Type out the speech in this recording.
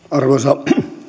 arvoisa